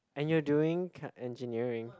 and you doing Cad engineering